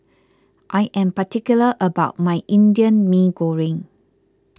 I am particular about my Indian Mee Goreng